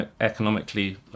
economically